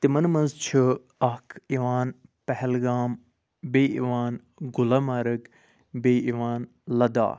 تِمن مَنٛز چھُ اکھ یِوان پہلگام بیٚیہِ یِوان گُلمرگ بیٚیہِ یِوان لَداخ